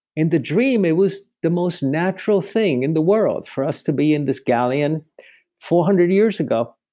in the dream, it was the most natural thing in the world for us to be in this galleon four hundred years ago.